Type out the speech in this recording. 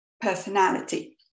personality